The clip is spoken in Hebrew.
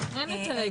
אין היתרי בנייה.